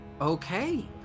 Okay